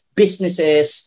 businesses